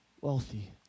wealthy